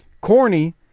Corny